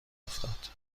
افتاد